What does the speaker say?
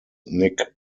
nick